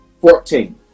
Fourteen